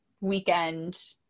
weekend